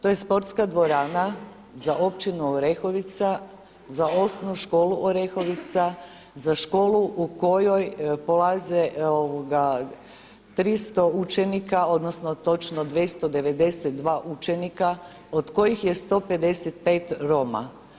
To je sportska dvorana za općinu Orehovica, za osnovnu školu Orehovica, za školu u kojoj polaze 300 učenika odnosno točno 292 učenika od kojih je 155 Roma.